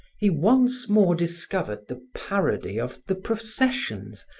he once more discovered the parody of the processions,